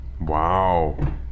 Wow